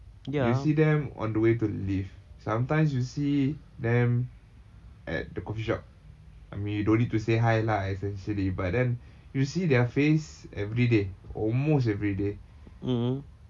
you see them on the way to the lift sometimes you see them at the coffee shop I mean you don't need to say hi lah essentially but then you see their face everyday almost everyday